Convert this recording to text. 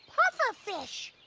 puffer fish.